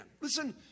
Listen